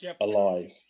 alive